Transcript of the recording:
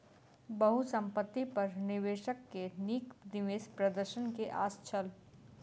बहुसंपत्ति पर निवेशक के नीक निवेश प्रदर्शन के आस छल